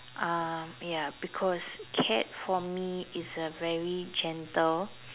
um ya because cat for me is a very gentle